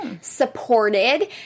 supported